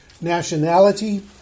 nationality